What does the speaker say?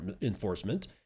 enforcement